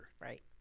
Right